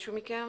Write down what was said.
מישהו מכם?